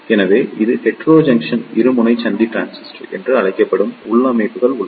எனவே இது ஹெட்டெரோஜங்க்ஷன் இருமுனை சந்தி டிரான்சிஸ்டர் என்று அழைக்கப்படும் உள்ளமைவுகள் உள்ளன